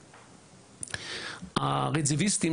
הרצידיוויסטים,